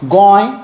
Goa